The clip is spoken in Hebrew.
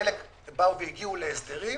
וחלק הגיעו להסדרים,